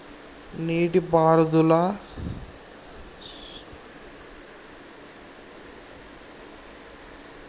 నీటి పారుదల సంద్రతా అంటే ఏంటిది?